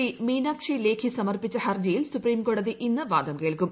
P മീനാക്കിച്ചുലേഖി സമർപ്പിച്ച ഹർജിയിൽ സുപ്രീംകോടതി ഇന്ന് വാദ്ം കേൾക്കും